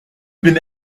been